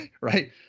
right